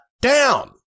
down